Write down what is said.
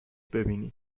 ببینی